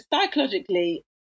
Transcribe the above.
psychologically